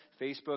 Facebook